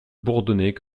bourdonnaient